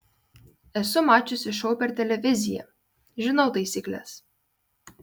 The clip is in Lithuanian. esu mačiusi šou per televiziją žinau taisykles